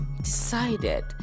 decided